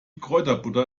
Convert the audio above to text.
kräuterbutter